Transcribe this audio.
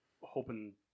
Hoping